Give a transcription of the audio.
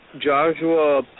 Joshua